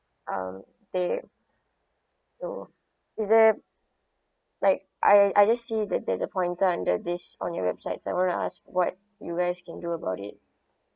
um they so is there like I I just see that there's a pointer under this on your website so I want to ask what you guys can do about it